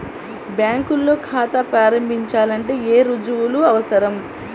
బ్యాంకులో ఖాతా ప్రారంభించాలంటే ఏ రుజువులు అవసరం?